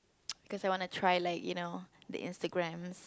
because I want to try like you know the Instagram